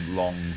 long